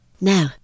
Now